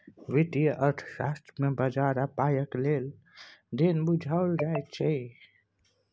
वित्तीय अर्थशास्त्र मे बजार आ पायक लेन देन बुझाओल जाइत छै